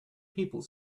people